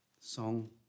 song